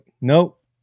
Nope